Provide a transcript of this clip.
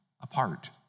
apart